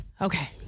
Okay